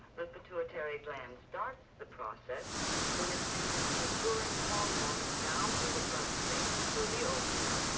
the pituitary gland starts the process when it sends its maturing hormones down through the bloodstream to the ovaries.